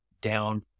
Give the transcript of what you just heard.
down